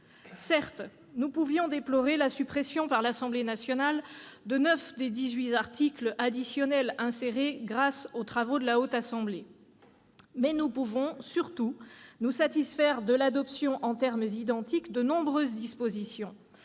Certes, nous pouvons déplorer la suppression par l'Assemblée nationale de neuf des dix-huit articles additionnels insérés par la Haute Assemblée. Mais nous pouvons surtout nous satisfaire de l'adoption en termes identiques de nombreuses dispositions,